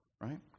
right